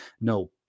no